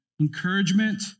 encouragement